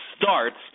starts